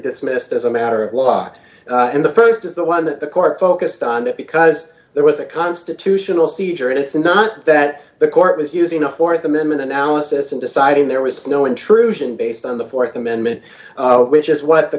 dismissed as a matter of law in the st is the one that the court focused on that because there was a constitutional seizure and it's not that the court was using a th amendment analysis and deciding there was no intrusion based on the th amendment which is what the